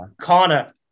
Connor